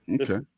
okay